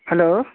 hello